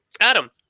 Adam